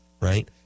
right